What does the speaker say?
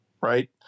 right